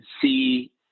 see